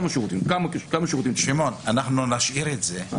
אבל למה 500 שקל?